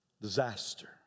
Disaster